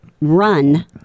run